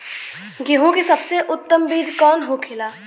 गेहूँ की सबसे उत्तम बीज कौन होखेला?